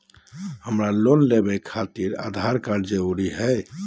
हमरा लोन लेवे खातिर आधार कार्ड जरूरी होला?